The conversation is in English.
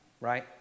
Right